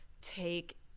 take